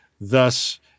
Thus